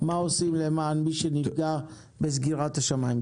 מה עושים למען מי שנפגע בסגירת השמיים.